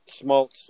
Smoltz